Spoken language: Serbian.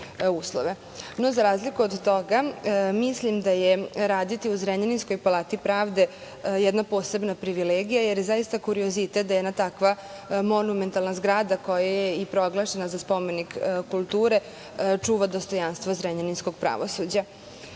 No, za razliku od toga, mislim da je raditi u zrenjaninskoj Palati pravde jedna posebna privilegije, jer je zaista kuriozitet da jedna takva monumentalna zgrada, koja je i proglašena za spomenik kulture, čuva dostojanstvo zrenjaninskog pravosuđa.